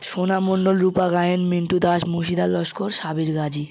সোনা মন্ডল রুপা গায়েন মিন্টু দাস মুশিদা লস্কর সাবির গাজি